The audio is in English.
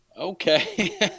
Okay